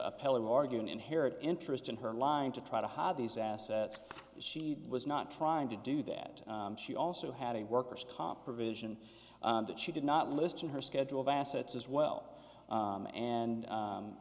appeal of arguing inherent interest in her lying to try to hide these assets she was not trying to do that she also had a worker's comp provision that she did not list in her schedule of assets as well and